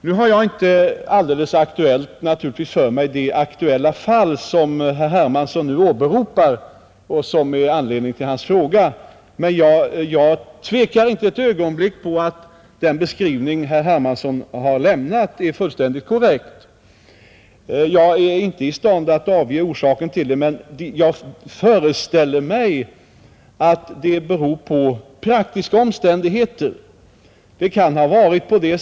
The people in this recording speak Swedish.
Nu har jag inte alldeles aktuellt för mig det fall som herr Hermansson åberopar och som är anledningen till hans fråga. Men jag tvivlar inte ett ögonblick på att den beskrivning som herr Hermansson har lämnat är fullständigt korrekt. Jag är inte i stånd att ange orsaken till åtgärdernas försening, men jag föreställer mig att det beror på praktiska omständigheter.